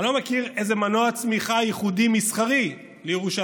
אני לא מכיר איזה מנוע צמיחה ייחודי מסחרי לירושלים,